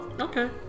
Okay